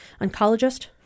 Oncologist